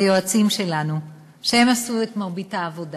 ליועצים שלנו, שהם עשו את מרבית העבודה.